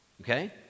okay